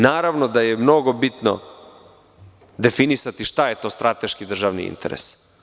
Naravno da je mnogo bitno definisati šta je to strateški državni interes.